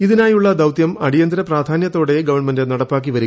ഇതിനായുള്ള ദൌത്യം അടിയന്തര പ്രാധാന്യത്തോടെ ഗവൺമെന്റ് നടപ്പാക്കി വരികയാണ്